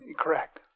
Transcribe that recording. Correct